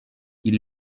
ils